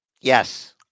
Yes